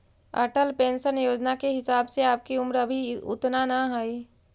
Atal pension Yojana के हिसाब से आपकी उम्र अभी उतना न हई